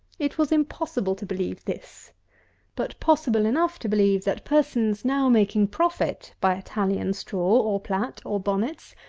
it was impossible to believe this but possible enough to believe, that persons now making profit by italian straw, or plat, or bonnets,